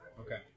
Okay